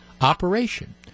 operation